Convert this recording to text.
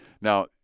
Now